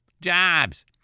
Jobs